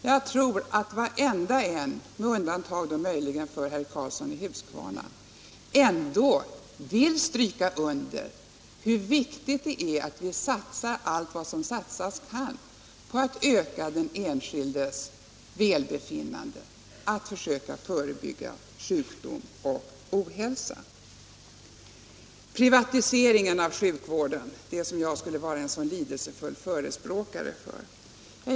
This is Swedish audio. Jag tror att varenda en av dem, möjligen med undantag för herr Karlsson i Huskvarna, vill stryka under hur viktigt det är att vi satsar allt som satsas kan på att öka den enskildes välbefinnande och att försöka förebygga sjukdom och ohälsa. Enligt herr Aspling skulle jag vara en lidelsefull förespråkare för privatiseringen inom sjukvården.